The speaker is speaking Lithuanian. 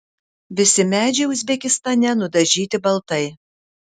visi medžiai uzbekistane nudažyti baltai